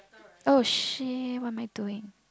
oh shit what am I doing